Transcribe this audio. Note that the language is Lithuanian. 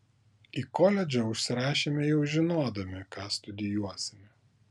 į koledžą užsirašėme jau žinodami ką studijuosime